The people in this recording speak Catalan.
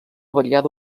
variada